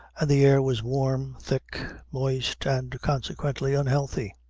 and the air was warm, thick, moist, and consequently unhealthy.